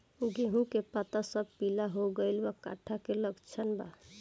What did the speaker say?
गेहूं के पता सब पीला हो गइल बा कट्ठा के लक्षण बा?